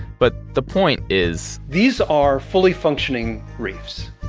but the point is these are fully functioning reefs.